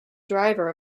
driver